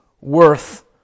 worth